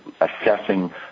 assessing